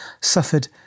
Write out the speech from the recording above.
suffered